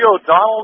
O'Donnell